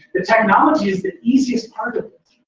the technology is the easiest part of it.